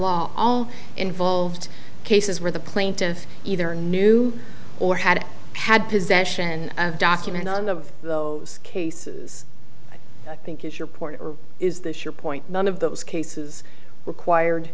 law all involved cases where the plaintiff either knew or had had possession of document none of those cases i think is your point or is this your point none of those cases required